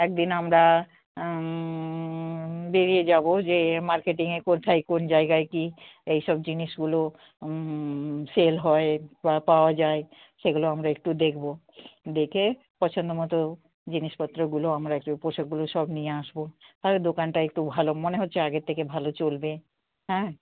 একদিন আমরা বেরিয়ে যাবো যে মার্কেটিংয়ে কোথায় কোন জায়গায় কি এই সব জিনিসগুলো সেল হয় বা পাওয়া যায় সেগুলো আমরা একটু দেখবো দেখে পছন্দমতো জিনিসপত্রগুলো আমরা একটু পোশকগুলো সব নিয়ে আসবো তাহলে দোকানটা একটু ভালো মনে হচ্ছে আগের থেকে ভালো চলবে হ্যাঁ